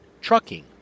trucking